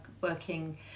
working